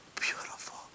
beautiful